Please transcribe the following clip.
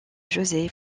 josé